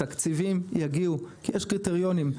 התקציבים יגיעו כי יש קריטריונים.